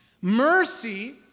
Mercy